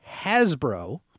Hasbro